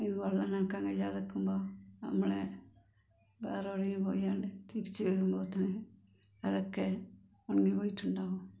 പിന്നെ വെള്ളം നനക്കാൻ കഴിയാതെ നിൽക്കുമ്പോൾ നമ്മൾ വേറെ എവിടെയെങ്കിലും പോയാണ്ട് തിരിച്ചുവരുമ്പോത്തിന് അതൊക്കെ ഉണങ്ങിപ്പോയിട്ടുണ്ടാവും